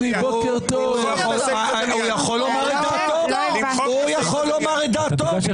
הוא יכול לומר את דעתו?